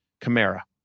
Camara